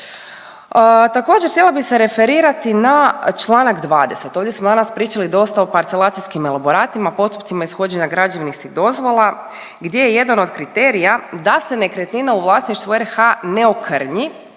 Također htjela bi se referirati na Članak 20., ovdje smo danas pričali dosta o parcelacijskim elaboratima, postupcima ishođenja građevinskih dozvola gdje je jedan od kriterija da se nekretnina u vlasništvu RH ne okrnji